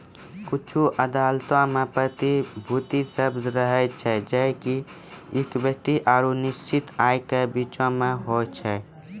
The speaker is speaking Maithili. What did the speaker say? कुछु अदालतो मे प्रतिभूति शब्द रहै छै जे कि इक्विटी आरु निश्चित आय के बीचो मे होय छै